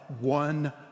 one